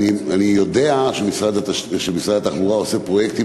אני יודע שמשרד התחבורה עושה פרויקטים